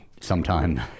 sometime